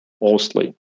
mostly